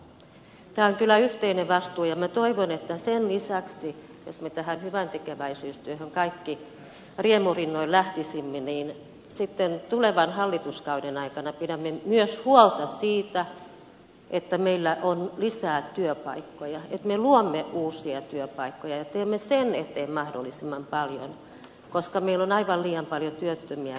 tämä on kyllä yhteinen vastuu ja minä toivon että sen lisäksi jos me tähän hyväntekeväisyystyöhön kaikki riemurinnoin lähtisimme niin sitten tulevan hallituskauden aikana pidämme myös huolta siitä että meillä on lisää työpaikkoja että me luomme uusia työpaikkoja ja teemme sen eteen mahdollisimman paljon koska meillä on aivan liian paljon työttömiä